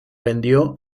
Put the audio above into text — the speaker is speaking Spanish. vendió